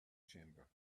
chamber